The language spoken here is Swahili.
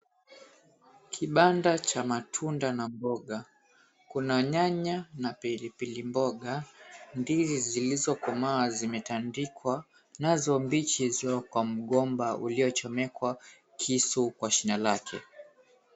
Kibanda cha matunda na mboga. Kuna nyanya na pilipili mboga, ndizi zilizokomaa zimetandikwa nazo mbichi ziko kwa mgomba uliochomekwa kisu kwa shina lake.